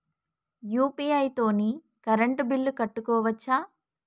UPI తోని current bill కట్టుకోవచ్ఛా?